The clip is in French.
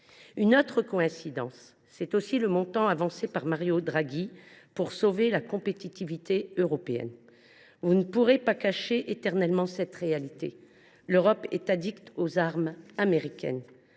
Autre coïncidence, c’est aussi le montant avancé par Mario Draghi pour sauver la compétitivité européenne. Vous ne pourrez pas cacher éternellement cette réalité : l’Europe est aux armes américaines.